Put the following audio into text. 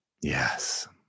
Yes